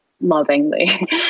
lovingly